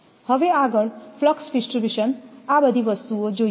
હવે આગળ flux distribution આ બધી વસ્તુઓ જોઈએ